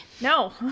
No